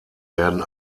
werden